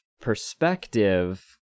perspective